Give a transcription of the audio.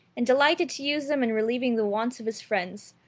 and delighted to use them in relieving the wants of his friends,